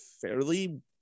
fairly